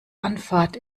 anfahrt